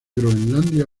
groenlandia